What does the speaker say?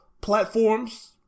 platforms